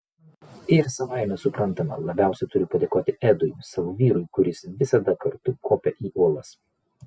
ir savaime suprantama labiausiai turiu padėkoti edui savo vyrui kuris visad kartu kopia į uolas